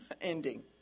ending